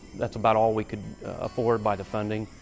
that's about all we could afford by the funding.